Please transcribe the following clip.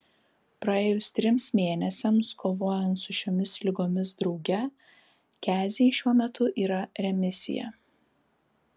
praėjus trims mėnesiams kovojant su šiomis ligomis drauge keziai šiuo metu yra remisija